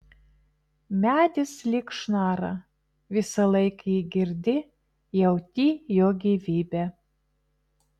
medis lyg šnara visąlaik jį girdi jauti jo gyvybę